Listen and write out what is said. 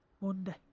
Monday